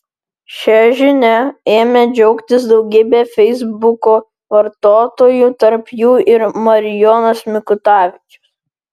šia žinia ėmė džiaugtis daugybė feisbuko vartotojų tarp jų ir marijonas mikutavičius